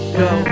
go